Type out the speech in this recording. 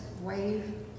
wave